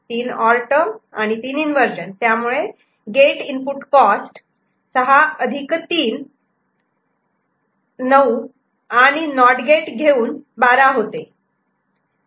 3 or term आणि 3 inversion त्यामुळे तुमची गेट इनपुट कॉस्ट 6 3 9 आणि नॉट गेट घेऊन 12 होते